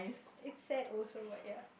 it's sad also what ya